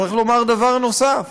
צריך לומר דבר נוסף: